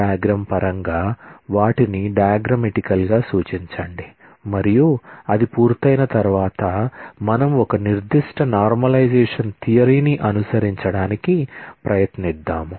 ER diagram ని అనుసరించడానికి ప్రయత్నిద్దాం